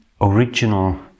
original